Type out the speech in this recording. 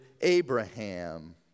Abraham